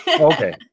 Okay